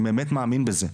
אני באמת מאמין בזה.